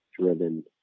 driven